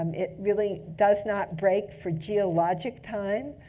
um it really does not break for geologic time.